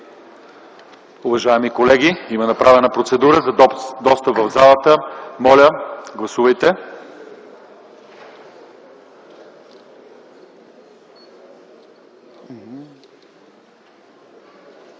Уважаеми колеги, има направена процедура за достъп в залата. Моля, гласувайте.